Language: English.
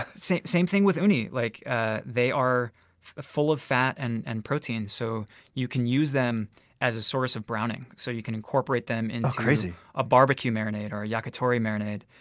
ah same same thing with uni. like ah they are full of fat and and protein, so you can use them as a source of browning. so you can incorporate them into a barbecue marinade or a yakitori marinade.